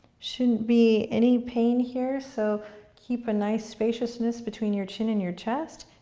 shouldn't be any pain here, so keep a nice spaciousness between your chin and your chest.